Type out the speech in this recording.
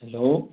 hello